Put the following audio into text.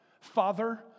Father